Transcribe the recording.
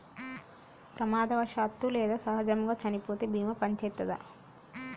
ప్రమాదవశాత్తు లేదా సహజముగా చనిపోతే బీమా పనిచేత్తదా?